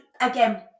again